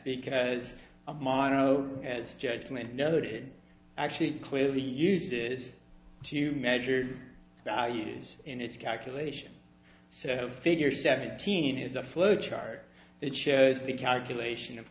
because amano as judgment noted actually clearly used is to measured values in its calculation so figure seventeen is a flow chart that shows the calculation of